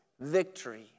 victory